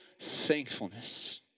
thankfulness